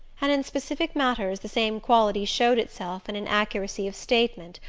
and in specific matters the same quality showed itself in an accuracy of statement,